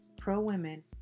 pro-women